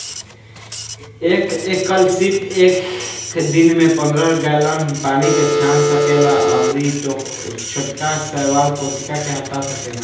एक एकल सीप एक दिन में पंद्रह गैलन पानी के छान सकेला अउरी छोटका शैवाल कोशिका के हटा सकेला